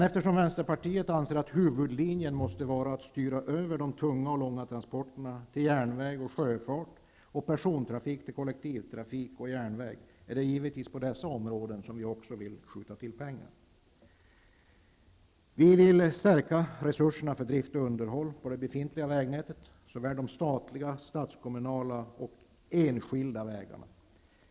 Eftersom Vänsterpartiet anser att huvudlinjen måste vara att styra över de tunga och långa transporterna till järnväg och sjöfart och persontrafik till kollektivtrafik och järnväg, är det givetvis på dessa områden som vi vill skjuta till pengar. Vi vill stärka resurserna för drift och underhåll av det befintliga vägnätet, såväl de statliga, statskommunala som de enskilda vägarna.